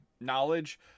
knowledge